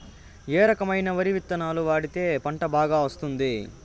ఏ రకమైన వరి విత్తనాలు వాడితే పంట బాగా వస్తుంది?